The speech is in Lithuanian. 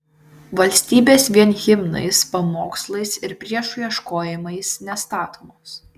valstybės vien himnais pamokslais ir priešų ieškojimais nestatomos